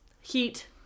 Heat